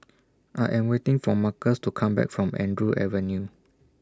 I Am waiting For Marcus to Come Back from Andrew Avenue